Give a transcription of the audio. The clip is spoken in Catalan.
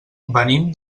venim